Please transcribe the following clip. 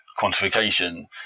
quantification